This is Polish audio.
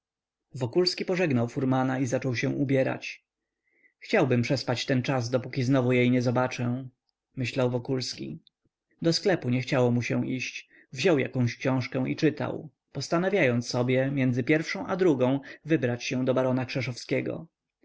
wokulski pożegnał furmana i zaczął się ubierać chciałbym przespać ten czas dopóki znowu jej nie zobaczę myślał wokulski do sklepu nie chciało mu się iść wziął jakąś książkę i czytał postanawiając sobie między pierwszą i drugą wybrać się do barona krzeszowskiego o